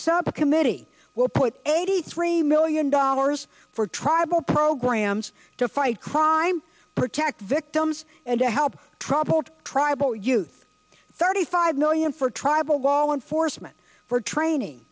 subcommittee will put eighty three million dollars for tribal programs to fight crime protect victims and to help troubled tribal youth thirty five million for tribal wallen foresman for training